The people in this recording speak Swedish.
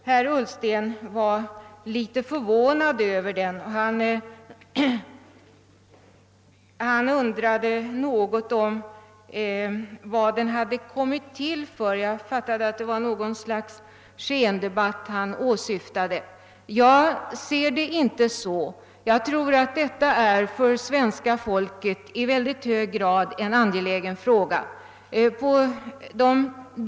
Han undrade vad den hade kommit till för. Jag uppfattade det så att han menade att den var något slags skendebatt. Jag ser det inte så. Jag tror att detta i mycket hög grad är en angelägen fråga för svenska folket.